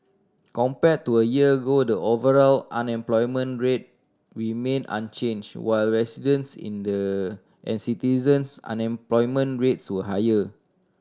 compared to a year ago the overall unemployment rate remained unchanged while residents in the and citizens unemployment rates were higher